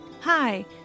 Hi